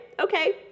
okay